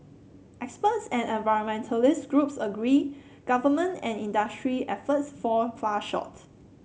experts and environmentalist groups agree government and industry efforts fall far short